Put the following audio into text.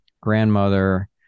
grandmother